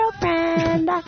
girlfriend